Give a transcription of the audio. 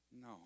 No